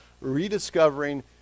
rediscovering